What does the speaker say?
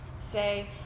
say